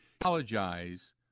apologize